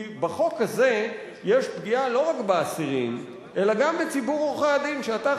כי בחוק הזה יש פגיעה לא רק באסירים אלא גם בציבור עורכי-הדין שאתה,